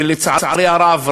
ולצערי הרב,